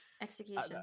execution